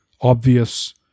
obvious